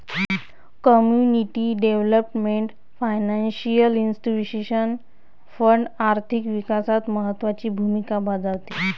community development financial institution fund आर्थिक विकासात महत्त्वाची भूमिका बजावते